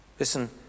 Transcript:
Listen